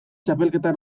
txapelketa